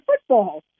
football